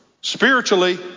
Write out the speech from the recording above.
spiritually